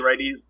righties